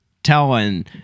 telling